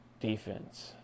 Defense